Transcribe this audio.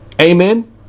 Amen